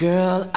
Girl